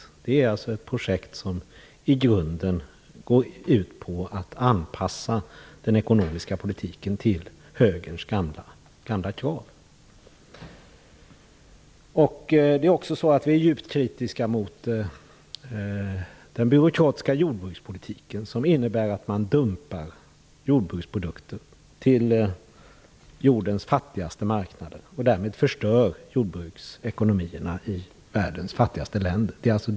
Det är ett projekt som i grunden går ut på att anpassa den ekonomiska politiken till högerns gamla krav. Vi är också djupt kritiska mot den byråkratiska jordbrukspolitik som innebär att man dumpar jordbruksprodukter till jordens fattigaste marknader och därmed förstör jordbruksekonomierna i världens fattigaste länderna.